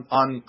on